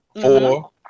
Four